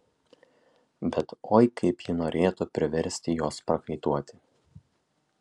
bet oi kaip ji norėtų priversti juos prakaituoti